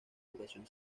educación